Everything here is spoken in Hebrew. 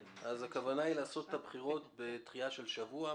הכוונה היא לערוך את הבחירות בדחייה של שבוע,